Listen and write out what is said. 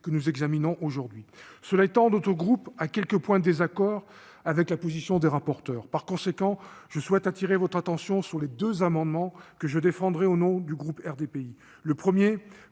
textes examinés aujourd'hui. Cela étant, notre groupe a quelques points de désaccord avec la position des rapporteurs. Par conséquent, je souhaite attirer votre attention sur les deux amendements que je défendrai au nom du groupe RDPI. Le premier